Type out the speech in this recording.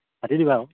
কাটি দিবা আকৌ